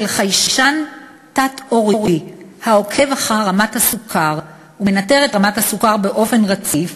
חיישן תת-עורי העוקב אחר רמת הסוכר ומנטר את רמת הסוכר באופן רציף,